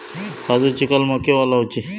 काजुची कलमा केव्हा लावची?